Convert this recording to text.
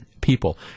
people